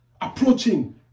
approaching